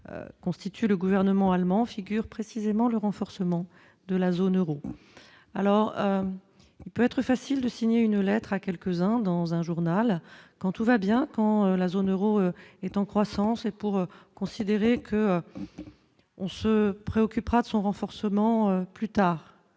constitue le gouvernement allemand figure précisément le renforcement de la zone Euro, alors il peut être facile de signer une lettre à quelques-uns dans un journal, quand tout va bien, quand la zone Euro est en croissance pour considérer que on se préoccupera de son renforcement plus tard